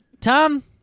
Tom